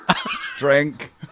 Drink